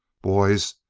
boys,